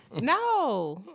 No